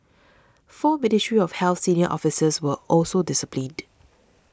four Ministry of Health senior officers were also disciplined